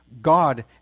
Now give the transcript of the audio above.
God